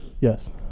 Yes